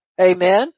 Amen